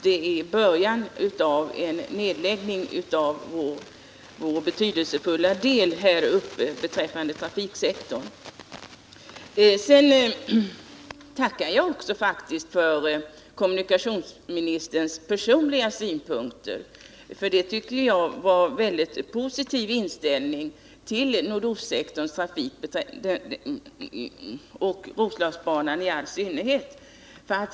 Det var av den anledningen jag ställde interpellationen. Sedan tackar jag också för kommunikationsministerns personliga synpunkter. Jag tyckte att han gav uttryck för en positiv inställning till nordostsektorns trafik och till Roslagsbanan i synnerhet.